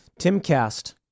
TimCast